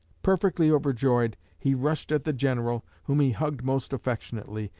perfectly overjoyed, he rushed at the general, whom he hugged most affectionately,